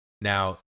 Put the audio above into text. Now